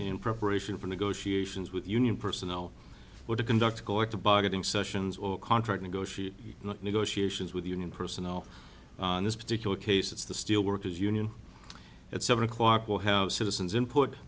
in preparation for negotiations with union personnel to conduct a collective bargaining sessions or contract negotiate negotiations with the union personnel on this particular case it's the steel workers union at seven o'clock will have citizens input